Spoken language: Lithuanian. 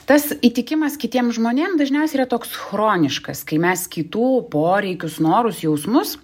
tas įtikimas kitiem žmonėm dažniausiai yra toks chroniškas kai mes kitų poreikius norus jausmus